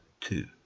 two